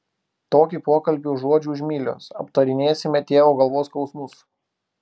tokį pokalbį užuodžiu už mylios aptarinėsime tėvo galvos skausmus